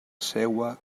seua